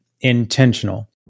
intentional